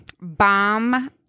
Bomb